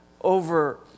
over